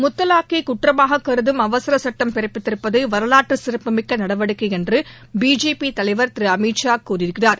முத்தலாக்கை குற்றமாக கருதம் அவசர சட்டம் பிறப்பித்திருப்பது வரலாற்றுச்சிறப்புமிக்க நடவடிக்கை என்று பிஜேபி தலைவர் திரு அமித்ஷா கூறியிருக்கிறார்